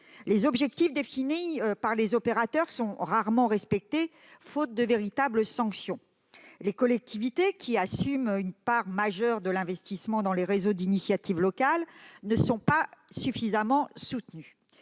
Les objectifs définis par les opérateurs sont rarement respectés, faute de véritables sanctions. Les collectivités territoriales, qui assument une part majeure de l'investissement dans les réseaux d'initiative locale, ne sont pas suffisamment soutenues.